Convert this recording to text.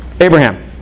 Abraham